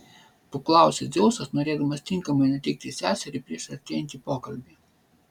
paklausė dzeusas norėdamas tinkamai nuteikti seserį prieš artėjantį pokalbį